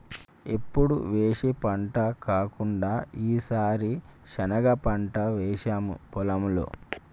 ఎప్పుడు వేసే పంట కాకుండా ఈసారి శనగ పంట వేసాము పొలంలో